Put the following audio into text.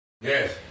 yes